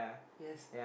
yes